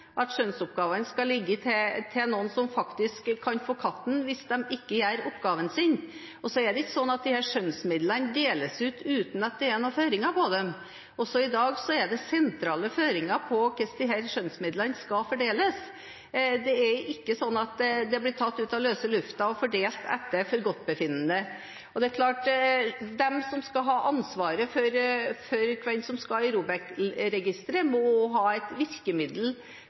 at skjønnsoppgavene skal ligge hos noen som faktisk kan få katten hvis de ikke gjør oppgavene sine. Det ikke slik at disse skjønnsmidlene deles ut uten at det er noen føringer på dem. Også i dag er det sentrale føringer på hvordan disse midlene skal fordeles. De blir ikke tatt ut av løse luften og fordelt etter forgodtbefinnende. Det er klart at de som skal ha ansvaret for hvem som skal i ROBEK-registeret, må også ha et virkemiddel